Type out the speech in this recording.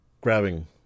grabbing